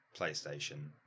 PlayStation